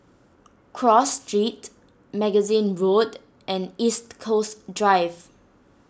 Cross Street Magazine Road and East Coast Drive